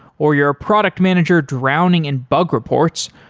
or you're a product manager drowning in bug reports,